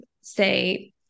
say